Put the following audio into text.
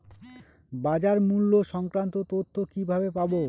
বাজার মূল্য সংক্রান্ত তথ্য কিভাবে পাবো?